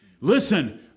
Listen